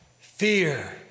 fear